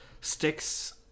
sticks